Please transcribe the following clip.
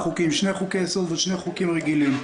חוקים: שני חוקי יסוד ושני חוקים רגילים.